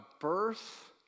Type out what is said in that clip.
birth